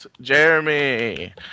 Jeremy